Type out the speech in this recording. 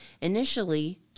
initially